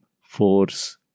force